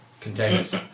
containers